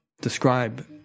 describe